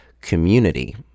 community